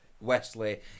Wesley